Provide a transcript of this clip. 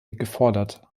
gefordert